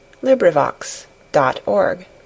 LibriVox.org